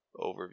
overview